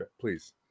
Please